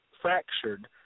fractured